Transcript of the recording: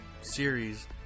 series